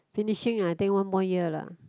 finishing I think one more year lah